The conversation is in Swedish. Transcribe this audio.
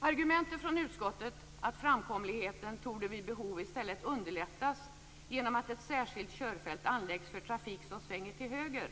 Argumentet från utskottet, att framkomligheten vid behov i stället torde underlättas genom att ett särskilt körfält anläggs för trafik som svänger till höger,